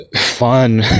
fun